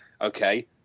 okay